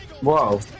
Whoa